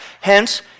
hence